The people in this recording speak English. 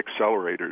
accelerators